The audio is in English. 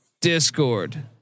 discord